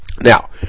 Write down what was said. Now